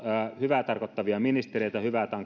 hyvää tarkoittavia ministereitä hyvää